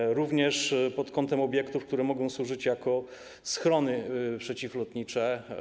Pytam również pod kątem obiektów, które mogą służyć jako schrony przeciwlotnicze.